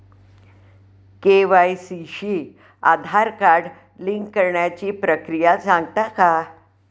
KYC शी Aadhaar card link करण्याची प्रक्रिया सांगता का?